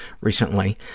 recently